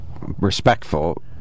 respectful